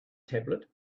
tablet